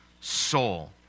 soul